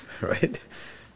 right